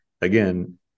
again